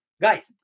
Guys